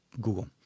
google